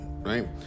right